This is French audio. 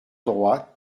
droite